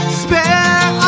spare